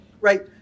Right